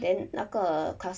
then 那个 classmate